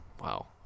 Wow